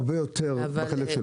הרבה יותר מהחלק שלו.